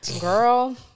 Girl